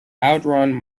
outrun